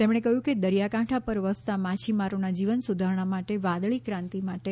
તેમણે કહ્યું કે દરિયાકાંઠા પર વસતા માછીમારોના જીવન સુધારણા માટે વાદળી ક્રાંતિ માટે પ્રતિબદ્ધ છે